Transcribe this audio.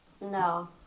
No